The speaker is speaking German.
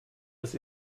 das